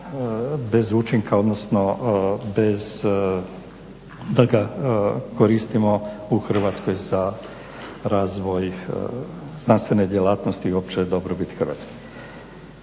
bez učinka, odnosno bez da ga koristimo u Hrvatskoj za razvoj znanstvene djelatnosti i uopće dobrobiti Hrvatske.